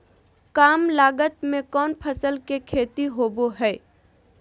काम लागत में कौन फसल के खेती होबो हाय?